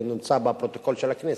זה נמצא בפרוטוקול של הכנסת,